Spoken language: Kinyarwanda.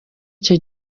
icyo